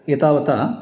एतावता